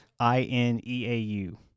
I-N-E-A-U